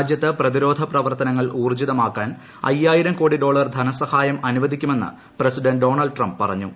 രാജ്യത്ത് പ്രതിരോധ പ്രവീർത്തനങ്ങൾ ഊർജ്ജിതമാക്കാൻ അയ്യായിരം കോടി ഡോളർ ധനസഹായം അനുവദിക്കുമെന്ന് പ്രസിഡന്റ് ഡോണൾഡ് ട്രംപ് പറഞ്ഞു